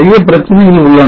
நிறைய பிரச்சனைகள் உள்ளன